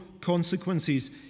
consequences